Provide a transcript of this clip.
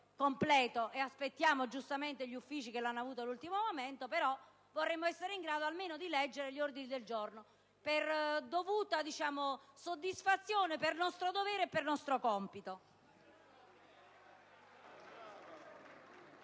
completo, ed aspettiamo gli Uffici, che l'hanno avuto all'ultimo momento. Però vorremmo essere in grado almeno di leggere gli ordini del giorno, per dovuta soddisfazione, per nostro dovere e nostro compito.